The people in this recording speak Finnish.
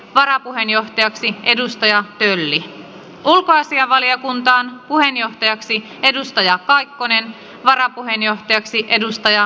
varapuheenjohtajaksi edustaja elli ulkoasianvaliokuntaan puheenjohtajaksi edustaja kaikkonen varapuheenjohtajaksi edustaja